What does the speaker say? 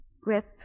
Grip